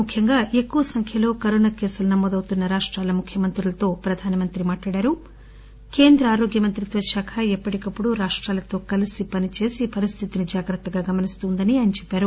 ముఖ్యంగా ఎక్కువ సంఖ్యలో కరోనా కేసులు నమోదవుతున్నా రాష్రాల ముఖ్యమంత్రులతో ప్రధానమంత్రి మాట్లాడరు కేంద్ర ఆరోగ్య మంత్రిత్వ శాఖ ఎప్పటికప్పుడు రాష్టాలతో కలిసి పనిచేసి పరిస్దితిని జాగ్రత్తగా గమనిస్తూ ఉందని ఆయన చెప్పారు